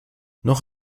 noch